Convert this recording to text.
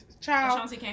Child